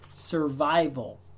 Survival